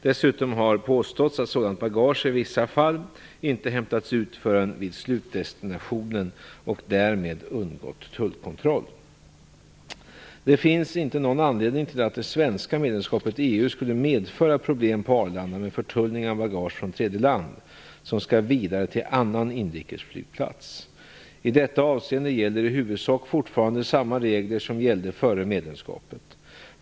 Dessutom har påståtts att sådant bagage i vissa fall inte hämtats ut förrän vid slutdestinationen och därmed undgått tullkontroll. Det finns inte någon anledning till att det svenska medlemskapet i EU skulle medföra problem på Arlanda med förtullning av bagage från tredje land som skall vidare till annan inrikesflygplats. I detta avseende gäller i huvudsak fortfarande samma regler som gällde före medlemskapet.